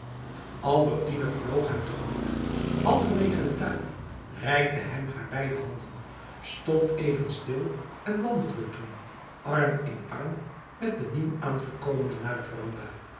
albertine vloog hem te gemoet halverwege den tuin reikte hem haar beide handen stond even stil en wandelde toen arm in arm met den nieuwaangekomene naar de veranda